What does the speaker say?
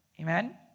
amen